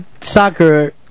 soccer